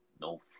No